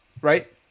right